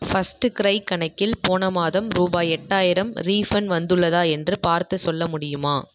ஃபஸ்ட்டுக்ரை கணக்கில் போன மாதம் ரூபாய் எட்டாயிரம் ரீஃபண்ட் வந்துள்ளதா என்று பார்த்து சொல்ல முடியுமா